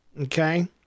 okay